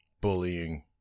bullying